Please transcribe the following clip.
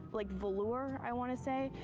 like velour, i want to say.